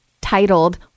titled